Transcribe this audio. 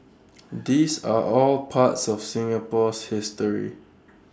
these are all part of Singapore's history